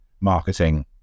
marketing